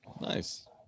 Nice